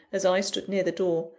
as i stood near the door.